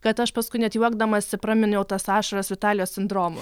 kad aš paskui net juokdamasi praminiau tas ašaras italijos sindromu